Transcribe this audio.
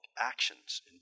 actions